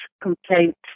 complaint